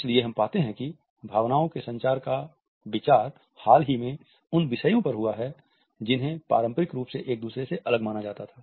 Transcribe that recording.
इसलिए हम पाते हैं कि भावनाओं के संचार का विचार हाल ही में उन विषयों पर हुआ है जिन्हें पारंपरिक रूप से एक दूसरे से अलग माना जाता था